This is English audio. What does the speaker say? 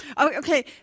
Okay